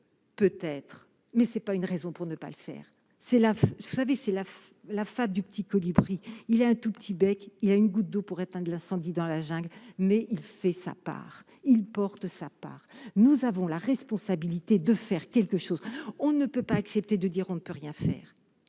Peut-être, mais c'est pas une raison pour ne pas le faire, c'est là, vous savez c'est la la fable du petit colibri, il y a un tout petit bec il y a une goutte d'eau pour éteindre l'incendie, dans la jungle, mais il fait sa part il porte sa part : nous avons la responsabilité de faire quelque chose, on ne peut pas accepter de dire on ne peut rien faire